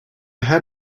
had